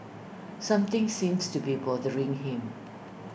something seems to be bothering him